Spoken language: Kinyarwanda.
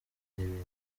n’ibindi